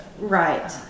Right